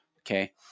Okay